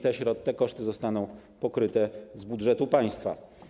Te koszty zostaną pokryte z budżetu państwa.